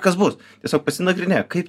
kas bus tiesiog pasinagrinėk kaip